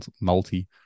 multi